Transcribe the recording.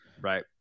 right